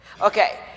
Okay